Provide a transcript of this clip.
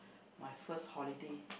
my first holiday